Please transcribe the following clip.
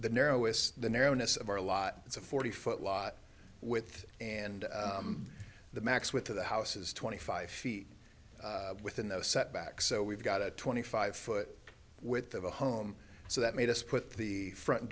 the narrowest the narrowness of our lot it's a forty foot lot with and the max width of the house is twenty five feet within the setback so we've got a twenty five foot with the home so that made us put the front